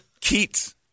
Keats